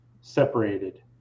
separated